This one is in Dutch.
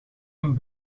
een